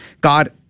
God